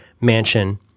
mansion